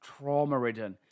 trauma-ridden